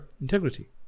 Integrity